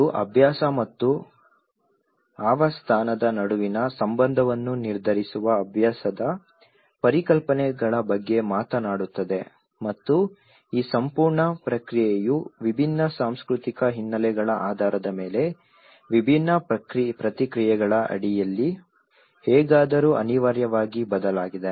ಇದು ಅಭ್ಯಾಸ ಮತ್ತು ಆವಾಸಸ್ಥಾನದ ನಡುವಿನ ಸಂಬಂಧವನ್ನು ನಿರ್ಧರಿಸುವ ಅಭ್ಯಾಸದ ಪರಿಕಲ್ಪನೆಗಳ ಬಗ್ಗೆ ಮಾತನಾಡುತ್ತದೆ ಮತ್ತು ಈ ಸಂಪೂರ್ಣ ಪ್ರಕ್ರಿಯೆಯು ವಿಭಿನ್ನ ಸಾಂಸ್ಕೃತಿಕ ಹಿನ್ನೆಲೆಗಳ ಆಧಾರದ ಮೇಲೆ ವಿಭಿನ್ನ ಪ್ರತಿಕ್ರಿಯೆಗಳ ಅಡಿಯಲ್ಲಿ ಹೇಗಾದರೂ ಅನಿವಾರ್ಯವಾಗಿ ಬದಲಾಗಿದೆ